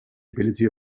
ability